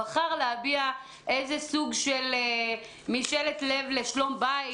בחר להביע סוג של משאלת לב לשלום בית,